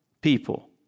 people